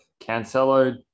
Cancelo